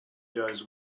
goes